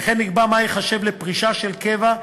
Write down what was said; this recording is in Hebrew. וכן נקבע מה ייחשב לפרישה של קבע.